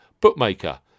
bookmaker